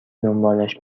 دنبالش